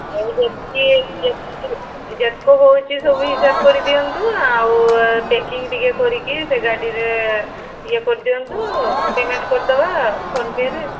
ଆଉ ଯେତିକି ଯେତିକି ଯେତିକ ହେଉଛି ସବୁ ହିସାବ କରି ଦିଅନ୍ତୁ ଆଉ ପ୍ୟାକିଙ୍ଗ ଟିକେ କରିକି ସେ ଗାଡ଼ିର ଇଏ କରିଦିଅନ୍ତୁ ପ୍ୟାମେଣ୍ଟ କରିଦେବା ଫୋନ୍ ପେରେ